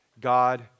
God